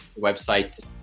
website